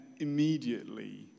immediately